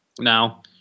Now